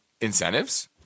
incentives